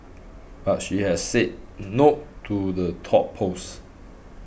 but she has said no to the top post